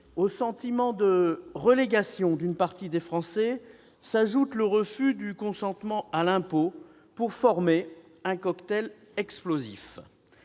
au sentiment de relégation d'une partie des Français s'ajoute le rejet du consentement à l'impôt pour former un cocktail explosif.